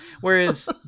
Whereas